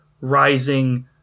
rising